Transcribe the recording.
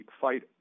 fight